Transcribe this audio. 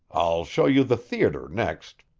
i'll show you the theater next,